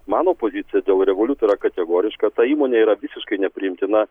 mano pozicija dėl revolut yra kategoriška ta įmonė yra visiškai nepriimtina